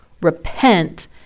repent